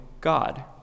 God